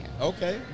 Okay